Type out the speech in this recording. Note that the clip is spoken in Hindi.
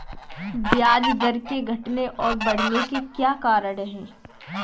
ब्याज दर के घटने और बढ़ने के क्या कारण हैं?